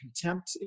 contempt